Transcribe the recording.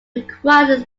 requires